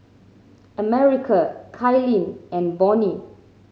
America Kailyn and Bonnie